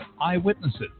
eyewitnesses